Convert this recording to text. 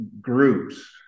groups